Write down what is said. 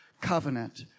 covenant